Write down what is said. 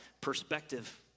perspective